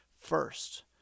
first